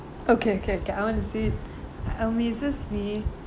okay okay okay I want to see it amazes me